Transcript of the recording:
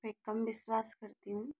पर कम विश्वास करती हूँ